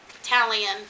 Italian